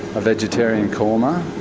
a vegetarian korma,